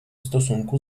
stosunku